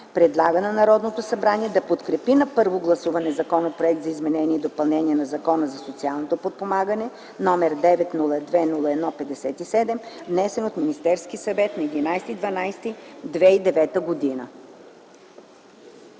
Предлага на Народното събрание да подкрепи на първо гласуване Законопроекта за изменение и допълнение на Закона за социално подпомагане, № 902 01-57, внесен от Министерския съвет на 11 декември